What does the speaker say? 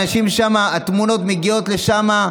אנשים שמה, התמונות המגיעות משם,